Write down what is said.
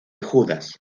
judas